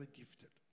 gifted